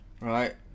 right